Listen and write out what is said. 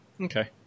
Okay